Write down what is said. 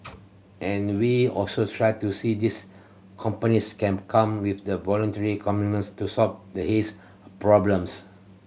and we'll also try to see these companies can come with the voluntary commitments to solve the haze problems